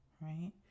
right